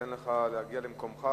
ניתן לך להגיע למקומך,